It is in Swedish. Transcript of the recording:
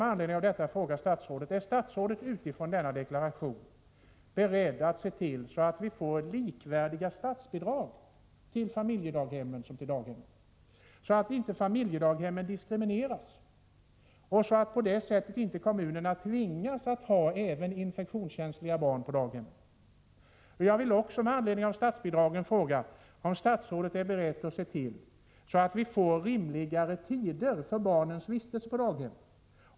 Med anledning av detta vill jag fråga statsrådet: Är statsrådet med utgångspunkt i denna deklaration beredd att se till att det blir likvärdiga statsbidrag för familjedaghem och kommunala daghem, så att inte familjedaghemmen diskrimineras och så att inte kommunerna tvingas att ha även infektionskänsliga barn på daghem? Jag vill också när det gäller statsbidragen fråga om statsrådet är beredd att se till att det blir rimligare bestämmelser i fråga om tiderna för barnens vistelse på daghem.